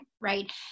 right